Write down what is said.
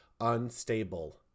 Unstable